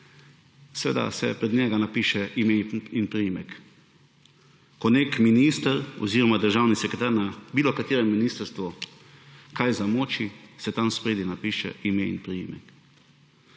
seveda se pred njega napiše ime in priimek. Ko nek minister oziroma državni sekretar na kateremkoli ministrstvu kaj zamoči, se tam spredaj napiše ime in priimek.